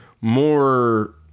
more